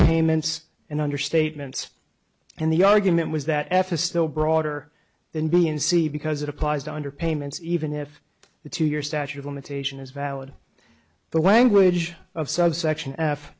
payments and under statements and the argument was that f a still broader than b and c because it applies to under payments even if the two year statute of limitation is valid the language of subsection f